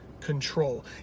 Control